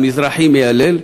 בצה"ל, מזרחי מיילל.